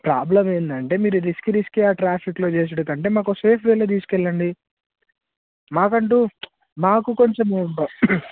problem ఏంటంటే మీరు risk తీసుకే ట్రాఫిక్లో చేసుడు కంటే మాకు సేఫ్ వేలో తీసుకెళ్ళండి మాకంటూ మాకు కొంచెము